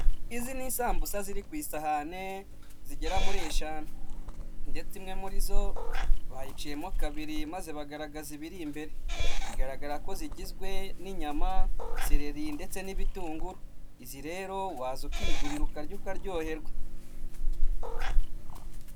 Izi n'isambuka ziri ku isahani zigera muri eshanu ndetse imwe muri zo bayiciyemo kabiri, maze bagaragaza ibiri imbere, bigaragara ko zigizwe n'inyama, sereri ndetse n'ibitunguru, izi rero waza ukigurira ukarya ukaryoherwa.